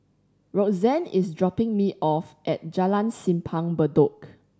Roxann is dropping me off at Jalan Simpang Bedok